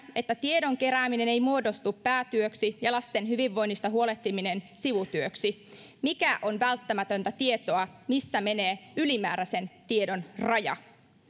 että tiedon kerääminen ei muodostu päätyöksi ja lasten hyvinvoinnista huolehtiminen sivutyöksi mikä on välttämätöntä tietoa missä menee ylimääräisen tiedon raja